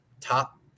top